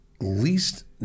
least